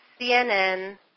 CNN